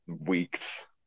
weeks